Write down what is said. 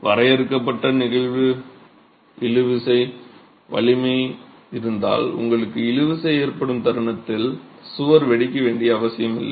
வரையறுக்கப்பட்ட நெகிழ்வு இழுவிசை வலிமை இருந்தால் உங்களுக்கு இழுவிசை ஏற்படும் தருணத்தில் சுவர் வெடிக்க வேண்டிய அவசியமில்லை